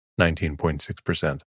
19.6%